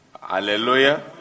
Hallelujah